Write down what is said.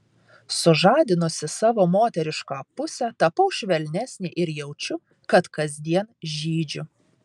sužadinusi savo moterišką pusę tapau švelnesnė ir jaučiu kad kasdien žydžiu